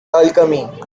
alchemy